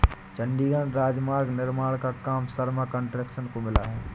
चंडीगढ़ राजमार्ग निर्माण का काम शर्मा कंस्ट्रक्शंस को मिला है